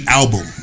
album